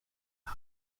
are